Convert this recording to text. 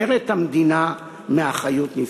הפוטרת את המדינה מאחריות נזיקית.